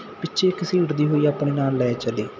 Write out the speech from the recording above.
ਪਿੱਛੇ ਘਸੀਟਦੀ ਹੋਈ ਆਪਣੇ ਨਾਲ ਲੈ ਚਲੀ